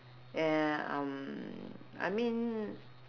and um I mean